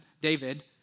David